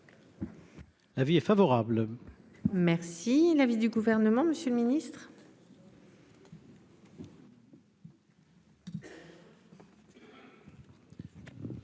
Avis favorable. Merci l'avis du gouvernement, Monsieur le Ministre.